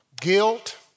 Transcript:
guilt